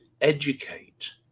educate